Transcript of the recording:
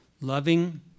loving